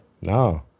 no